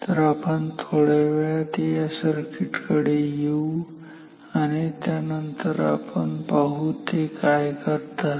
तर आपण थोड्या वेळात या सर्किट कडे येऊ आणि त्यानंतर आपण पाहू ते काय करतात